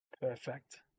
Perfect